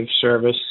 service